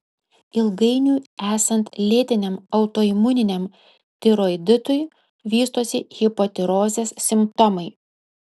ilgainiui esant lėtiniam autoimuniniam tiroiditui vystosi hipotirozės simptomai